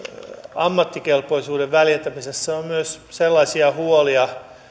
ammattikelpoisuuden väljentämisessä on myös sellaisia huolia